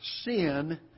sin